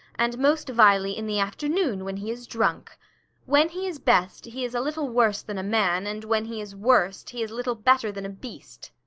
and most vilely in the afternoon when he is drunk when he is best, he is a little worse than a man, and when he is worst, he is little better than a beast.